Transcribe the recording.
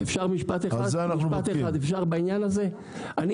משפט אחד בעניין הזה, אפשר?